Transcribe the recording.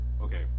okay